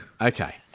Okay